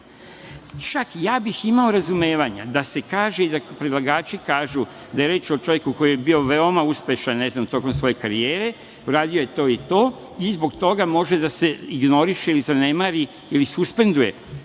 imao bih razumevanja da se kaže, i da predlagači kažu, da je reč o čoveku koji je bio veoma uspešan, ne znam, tokom svoje karijere, uradio je to i to, i zbog toga može da se ignoriše, ili zanemari, ili suspenduje,